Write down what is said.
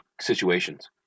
situations